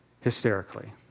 hysterically